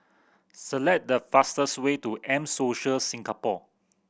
select the fastest way to M Social Singapore